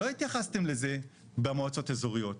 לא התייחסתם לזה במועצות האזוריות.